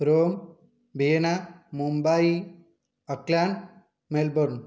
Rome Vienna Mumbai Auckland Melbourne